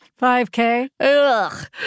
5K